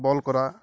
বল করা